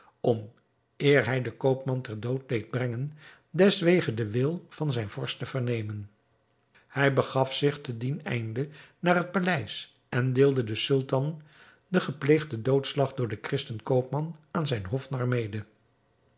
om eer hij den koopman ter dood deed brengen deswege den wil van zijn vorst te vernemen hij begaf zich te dien einde naar het paleis en deelde den sultan den gepleegden doodslag door den christen koopman aan zijn hofnar mede